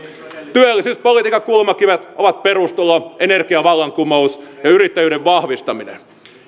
työllisyyspolitiikan kulmakivet ovat perustulo energiavallankumous ja yrittäjyyden vahvistaminen